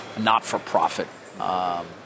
not-for-profit